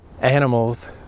animals